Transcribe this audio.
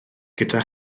gyda